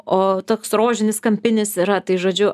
o toks rožinis kampinis yra tai žodžiu